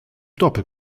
doppel